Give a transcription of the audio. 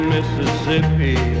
Mississippi